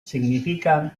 significan